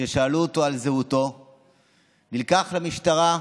כששאלו אותו על זהותו נלקח למשטרה,